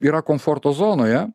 yra komforto zonoje